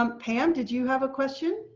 um pam did you have a question.